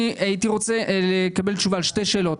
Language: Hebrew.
רגע, אני לא רוצה להיכנס לדיון הזה.